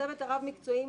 הצוות הרב-מקצועי